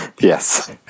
Yes